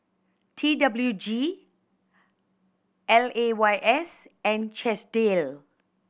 T W G L A Y S and Chesdale